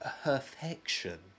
Perfection